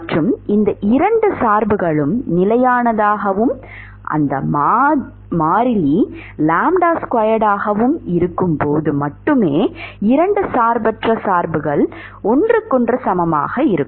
மற்றும் இந்த இரண்டு சார்புகளும் நிலையானதாக வும் அந்த மாறிலி மாகவும் இருக்கும் போது மட்டுமே இரண்டு சார்பற்ற சார்புகள் ஒன்றுக்கொன்று சமமாக இருக்கும்